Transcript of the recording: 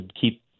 keep